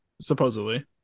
supposedly